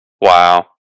Wow